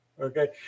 Okay